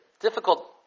difficult